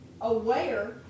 aware